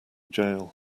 jail